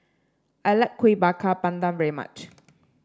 I like Kuih Bakar Pandan very much